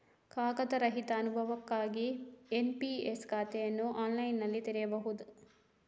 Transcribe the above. ಕಾಗದ ರಹಿತ ಅನುಭವಕ್ಕಾಗಿ ಎನ್.ಪಿ.ಎಸ್ ಖಾತೆಯನ್ನು ಆನ್ಲೈನಿನಲ್ಲಿ ತೆರೆಯಬಹುದು